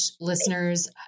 Listeners